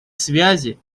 связи